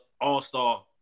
all-star